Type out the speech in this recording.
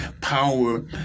power